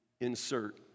insert